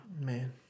Man